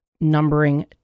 numbering